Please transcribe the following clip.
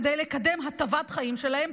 כדי לקדם הטבת חיים שלהם,